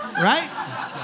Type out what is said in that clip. right